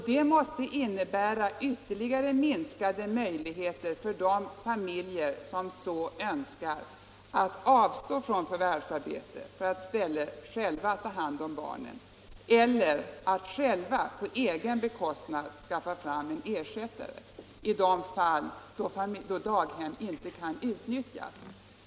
Det måste innebära ytterligare minskade möjligheter för de familjer som så önskar att antingen avstå från förvärvsarbete för att i stället själva ta hand om barnen eller själva på egen bekostnad skaffa fram en ersättare i de fall då daghem inte kan utnyttjas.